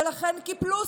ולכן קיבלו,